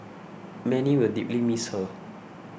many will deeply miss her